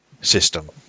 system